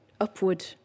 upward